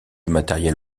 matériel